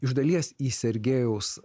iš dalies į sergejaus